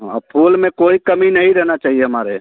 हाँ और फूल में कोई कमी नहीं रहना चाहिए हमारे